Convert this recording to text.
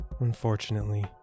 Unfortunately